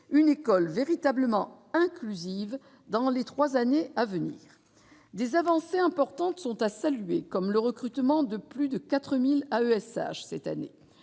une école véritablement inclusive dans les 3 années à venir, des avancées importantes sont à saluer comme le recrutement de plus de 4000 AESH cette année,